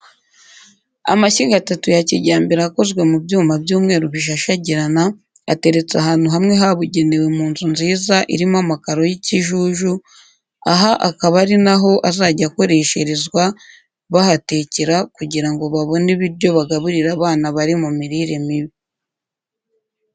Amashyiga atatu ya kijyambere akozwe mu byuma by'umweru bishashagirana, ateretse ahantu hamwe habugenewe mu nzu nziza irimo amakaro y'ikijuju, aha akaba ari na ho azajya akoresherezwa bahatekera kugira ngo babone ibiryo bagaburira abana bari mu mirire mibi.